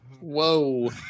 Whoa